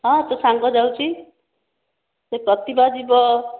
ହଁ ତୋ ସାଙ୍ଗ ଯାଉଛି ସେ ପ୍ରତିଭା ଯିବ